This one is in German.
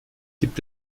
gibt